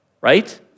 right